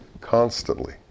constantly